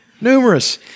Numerous